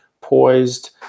poised